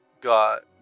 got